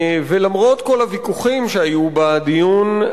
למרות כל הוויכוחים שהיו בדיון,